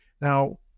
Now